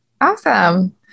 Awesome